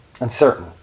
Uncertain